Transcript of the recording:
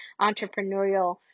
entrepreneurial